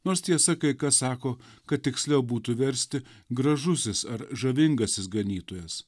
nors tiesa kai kas sako kad tiksliau būtų versti gražusis ar žavingasis ganytojas